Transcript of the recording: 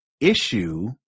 issue